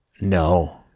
no